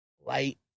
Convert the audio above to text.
light